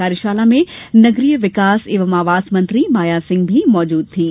कार्यशाला में नगरीय विकास एवं आवास मंत्री श्रीमती माया सिंह भी मौजूद थीं